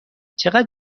چقدر